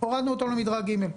הורדנו אותה למדרג ג'.